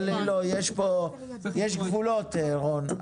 אבל יש גבולות, רון.